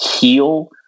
heal